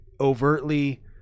overtly